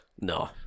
No